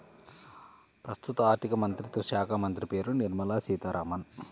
ప్రస్తుత ఆర్థికమంత్రిత్వ శాఖామంత్రి పేరు నిర్మల సీతారామన్